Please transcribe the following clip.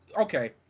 Okay